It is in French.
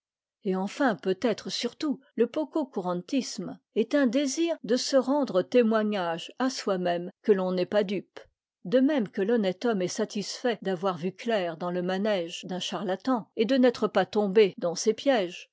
et enfin peut-être surtout le pococurantisme est un désir de se rendre témoignage à soi-même que l'on n'est pas dupe de même que l'honnête homme est satisfait d'avoir vu clair dans le manège d'un charlatan et de n'être pas tombé dans ses pièges